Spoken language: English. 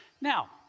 Now